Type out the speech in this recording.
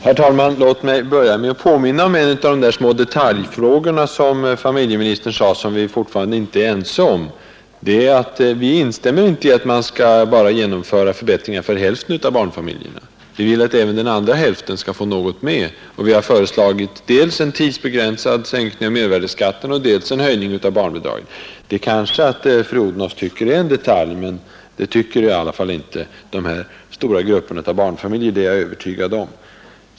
Herr talman! Låt mig börja med att påminna om en av dessa små detaljfrågor som familjeministern medgav att vi fortfarande inte är ense om. Vi instämmer inte i att man bara skall genomföra förbättringar för ena hälften av barnfamiljerna. Vi vill att även den andra hälften skall få något med, och vi har föreslagit dels en tidsbegränsad sänkning av mervärdeskatten, dels en höjning av barnbidragen. Fru Odhnoff kanske tycker att det är en detalj, men det tycker i alla fall inte dessa stora grupper av barnfamiljer. Det är jag övertygad om.